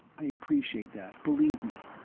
i appreciate that, believe me.